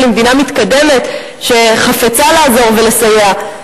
היא מדינה מתקדמת שחפצה לעזור ולסייע,